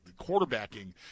quarterbacking